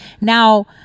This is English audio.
Now